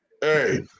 Hey